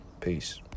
Peace